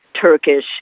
Turkish